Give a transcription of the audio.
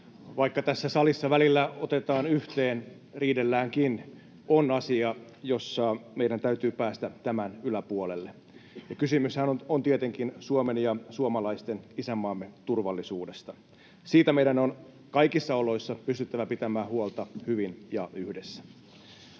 Vaikka tässä salissa välillä otetaan yhteen, riidelläänkin, on asia, jossa meidän täytyy päästä tämän yläpuolelle. Kysymyshän on tietenkin Suomen ja suomalaisten isänmaan turvallisuudesta. Siitä meidän on kaikissa oloissa pystyttävä pitämään huolta hyvin ja yhdessä.